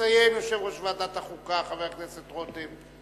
יסיים יושב-ראש ועדת החוקה, חבר הכנסת רותם.